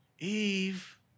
Eve